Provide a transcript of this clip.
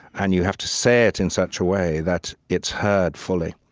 and you have to say it in such a way that it's heard fully.